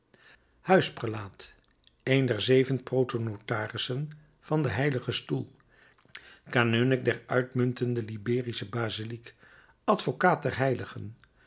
palmieri huisprelaat een der zeven protonotarissen van den h stoel kanunnik der uitmuntende liberische baziliek advocaat der heiligen